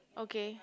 okay